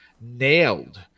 nailed